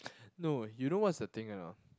no you know what's the thing or not